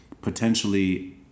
potentially